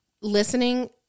listening